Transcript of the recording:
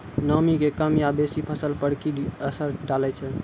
नामी के कम या बेसी फसल पर की असर डाले छै?